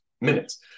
minutes